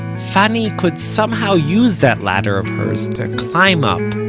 fanny could somehow use that ladder of hers to climb up,